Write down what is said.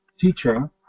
teaching